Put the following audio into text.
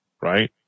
Right